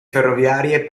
ferroviarie